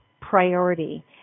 priority